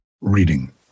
reading